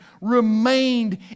remained